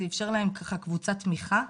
זה אפשר להם ככה קבוצת תמיכה,